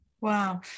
Wow